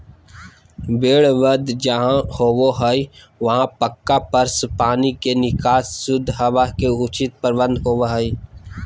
भेड़ वध जहां होबो हई वहां पक्का फर्श, पानी के निकास, शुद्ध हवा के उचित प्रबंध होवअ हई